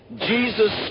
Jesus